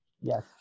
Yes